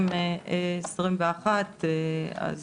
אז